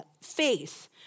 faith